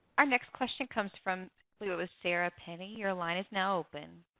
our next question comes from lewis sarah penny. your line is now open.